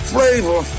Flavor